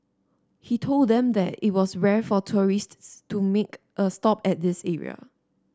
he told them that it was rare for tourists to make a stop at this area